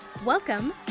Welcome